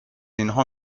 اینها